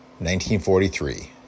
1943